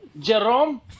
Jerome